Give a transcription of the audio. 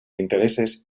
intereses